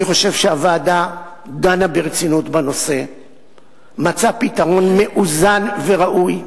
אני חושב שהוועדה דנה ברצינות בנושא ומצאה פתרון מאוזן וראוי,